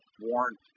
warrant